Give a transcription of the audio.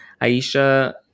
Aisha